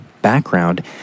Background